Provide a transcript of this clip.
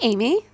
Amy